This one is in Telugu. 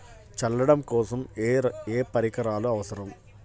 చల్లడం కోసం ఏ పరికరాలు అవసరం?